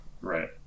Right